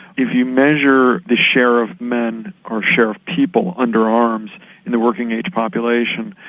if you measure the share of men or share of people under arms in the working age population,